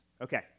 Okay